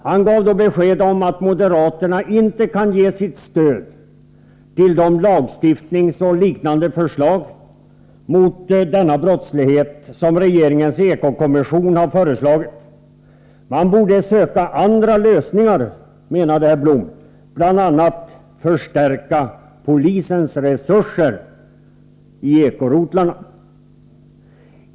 Han gav då besked om att moderaterna inte kan stödja de lagstiftningsåtgärder och liknande åtgärder mot denna brottslighet som regeringens Eko-kommission har föreslagit. Man borde söka andra lösningar, menade herr Blom, bl.a. en förstärkning av polisens resurser beträffande Eko-rotlarna.